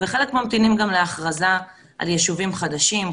וחלק ממתינים גם להכרזה על יישובים חדשים,